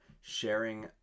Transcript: sharing